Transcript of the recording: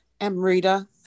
Amrita